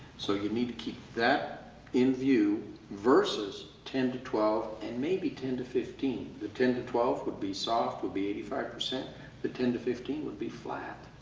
so you need to keep that in view versus ten to twelve, and maybe ten to fifteen. the ten to twelve would be soft, would be eighty five. the but ten to fifteen would be flat.